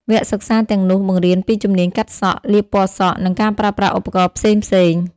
វគ្គសិក្សាទាំងនោះបង្រៀនពីជំនាញកាត់សក់ លាបពណ៌សក់ និងការប្រើប្រាស់ឧបករណ៍ផ្សេងៗ។